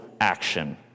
action